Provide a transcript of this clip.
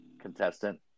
contestant